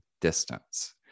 distance